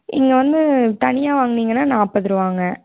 இங்கே வந்து தனியாக வாங்குனீங்கன்னா நாற்பது ரூபாங்க